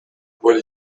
will